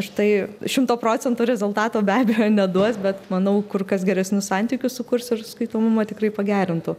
štai šimto procentų rezultato be abejo neduos bet manau kur kas geresnius santykius sukurs ir skaitomumą tikrai pagerintų